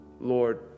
Lord